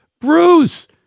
Bruce